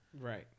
Right